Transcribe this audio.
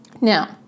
Now